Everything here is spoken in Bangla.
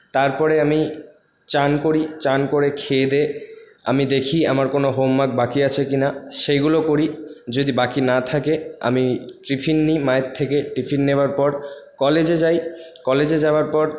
তারপরে আমি চান করি চান করে খেয়ে দেয়ে আমি দেখি আমার কোন হোমওয়ার্ক বাকি আছে কিনা সেইগুলো করি যদি বাকি না থাকে আমি টিফিন নিই মায়ের থেকে টিফিন নেওয়ার পর কলেজে যাই কলেজে যাওয়ার পর